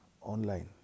online